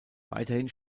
weiterhin